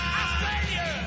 Australia